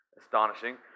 astonishing